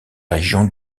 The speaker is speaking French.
région